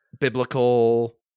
biblical